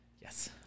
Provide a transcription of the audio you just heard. yes